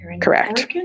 Correct